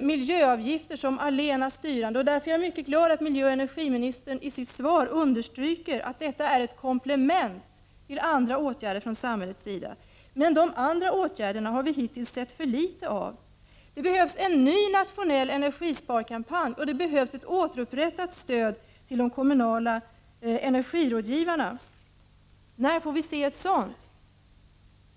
miljöavgifter som allena styrande, och därför är jag mycket glad att miljöoch energiministern i sitt svar understryker att detta är ett komplement till andra åtgärder från samhällets sida. De andra åtgärderna har vi hittills sett för litet av. Det behövs en ny nationell energisparkampanj, och det behövs ett återupprättat stöd till de kommunala energirådgivarna. När får vi se något sådant?